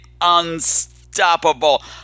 unstoppable